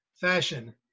fashion